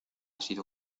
sido